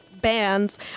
bands